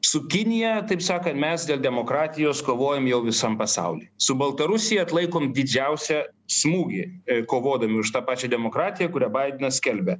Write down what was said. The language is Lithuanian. su kinija taip sakant mes dėl demokratijos kovojam jau visam pasauly su baltarusija atlaikom didžiausią smūgį kovodami už tą pačią demokratiją kurią baidenas skelbia